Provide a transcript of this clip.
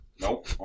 Nope